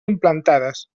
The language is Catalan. implantades